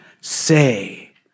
say